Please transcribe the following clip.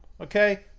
Okay